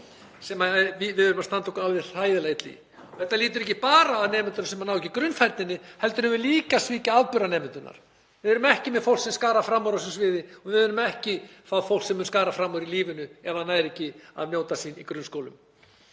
sem við erum að standa okkur alveg hræðilega í? Þetta lýtur ekki bara að nemendum sem ná ekki grunnfærninni heldur erum við líka að svíkja afburðanemendurna. Við erum ekki með fólk sem skarar fram úr á þessu sviði og við fáum ekki fólk sem skarar fram úr í lífinu ef það nær ekki að njóta sín í grunnskólum.